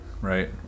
Right